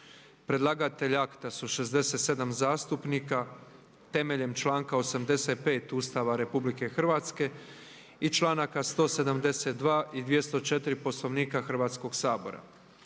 Predlagatelj akta su 67 zastupnika temeljem članka 85. Ustava Republike Hrvatske i članaka 172. i 204. Poslovnika Hrvatskog sabora.